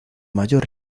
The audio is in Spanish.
mayor